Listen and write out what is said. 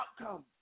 outcome